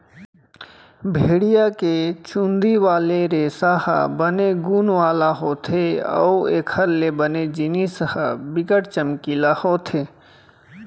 भेड़िया के चुंदी वाले रेसा ह बने गुन वाला होथे अउ एखर ले बने जिनिस ह बिकट चमकीला होथे